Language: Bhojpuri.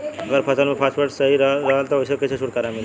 अगर फसल में फारेस्ट लगल रही त ओस कइसे छूटकारा मिली?